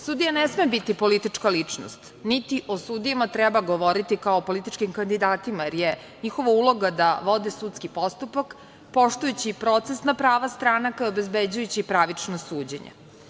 Sudija ne sme biti politička ličnost, niti o sudijama treba govoriti kao političkim kandidatima, jer je njihova uloga da vode sudski postupak, poštujući procesna prava stranaka i obezbeđujući pravičnost suđenja.